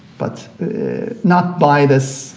but not by this